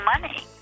money